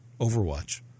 Overwatch